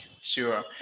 sure